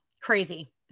Crazy